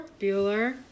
Bueller